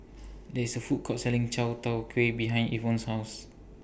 There IS A Food Court Selling Chai Tow Kway behind Evon's House